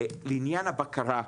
לעניין הבקרה,